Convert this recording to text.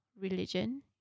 religion